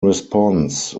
response